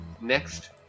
Next